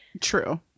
true